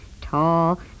Tall